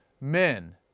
Men